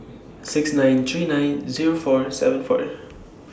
six nine three nine Zero four seven four